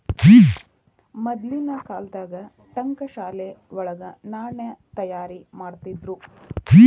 ಮದ್ಲಿನ್ ಕಾಲ್ದಾಗ ಠಂಕಶಾಲೆ ವಳಗ ನಾಣ್ಯ ತಯಾರಿಮಾಡ್ತಿದ್ರು